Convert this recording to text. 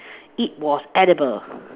it was edible